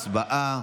הצבעה.